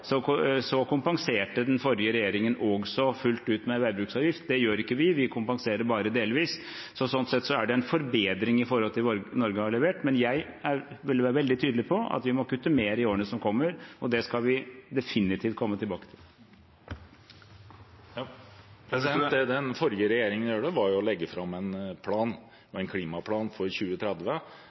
kompenserte den forrige regjeringen også fullt ut med veibruksavgift, det gjør ikke vi, vi kompenserer bare delvis. Sånn sett er det en forbedring i forhold til det Norge har levert, men jeg ville være veldig tydelig på at vi må kutte mer i årene som kommer, og det skal vi definitivt komme tilbake til. Ola Elvestuen – til oppfølgingsspørsmål. Det den forrige regjeringen gjorde, var å legge fram en plan, en klimaplan for 2030,